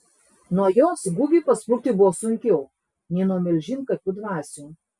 nuo jos gugiui pasprukti buvo sunkiau nei nuo milžinkapių dvasių